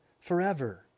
forever